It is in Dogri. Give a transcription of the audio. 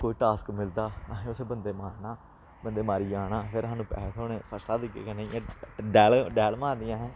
कोई टास्क मिलदा असें उस बंदे मारना बंदे गी मारियै आना फिर सानूं पैहे थ्होने फर्स्ट क्लास तरीके कन्नै डैल डैल मारनी असें